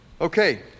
Okay